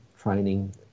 training